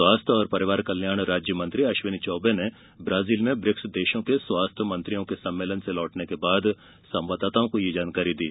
स्वास्थ और परिवार कल्याण राज्य मंत्री अश्विनी चौबे ने ब्राजील में ब्रिक्स देशों के स्वास्थ मंत्रियों के सम्मेलन से लौटने के बाद संवाददाताओं को यह जानकारी दी